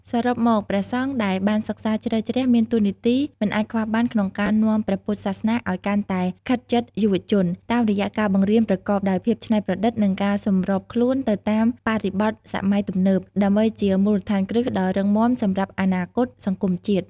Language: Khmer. សរុបមក ព្រះសង្ឃដែលបានសិក្សាជ្រៅជ្រះមានតួនាទីមិនអាចខ្វះបានក្នុងការនាំព្រះពុទ្ធសាសនាឱ្យកាន់តែខិតជិតយុវជន តាមរយៈការបង្រៀនប្រកបដោយភាពច្នៃប្រឌិត និងការសម្របខ្លួនទៅតាមបរិបទសម័យទំនើប ដើម្បីជាមូលដ្ឋានគ្រឹះដ៏រឹងមាំសម្រាប់អនាគតសង្គមជាតិ។